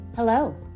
Hello